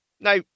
Now